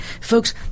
Folks